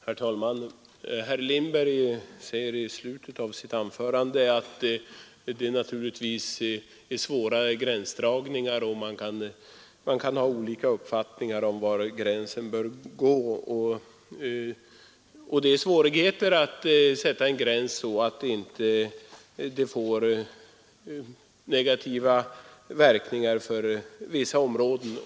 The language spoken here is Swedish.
Herr talman! Herr Lindberg säger i slutet av sitt anförande att det är svåra gränsdragningar, och man kan ha olika uppfattningar om var gränsen bör gå, och att det är svårigheter att sätta en gräns så att det inte får negativa verkningar för vissa områden.